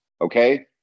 okay